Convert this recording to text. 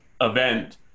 event